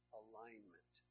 alignment